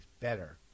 better